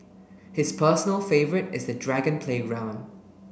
his personal favourite is the dragon playground